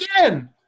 Again